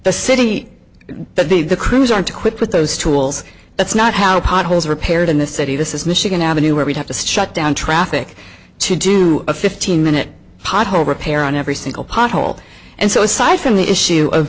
the city but the the cruise aren't equipped with those tools that's not how potholes repaired in the city this is michigan avenue where we have to shut down traffic to do a fifteen minute pothole repair on every single pothole and so aside from the issue of